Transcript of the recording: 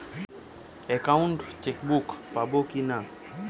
Account chequebook পাবো কি না?